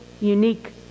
unique